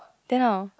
then how